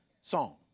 song